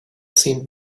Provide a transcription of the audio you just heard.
seemed